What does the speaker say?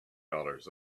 dollars